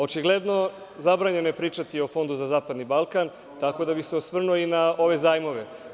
Očigledno je zabranjeno pričati o Fondu za zapadni Balkan, tako da bi se osvrnuo i na ove zajmove.